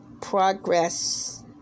progress